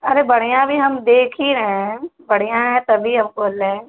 अरे बढ़ियाँ भी हम देख ही रहे हैं बढ़ियाँ है तभी हम बोल रहे हैं